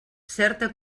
certa